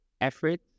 effort